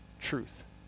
truth